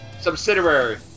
subsidiary